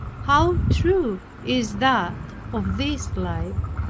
how true is that of this life!